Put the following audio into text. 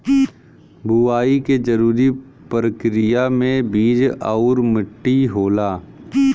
बुवाई के जरूरी परकिरिया में बीज आउर मट्टी होला